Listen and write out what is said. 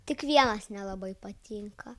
tik vienas nelabai patinka